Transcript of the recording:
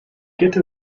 get